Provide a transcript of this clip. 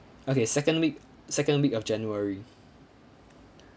okay second week second week of january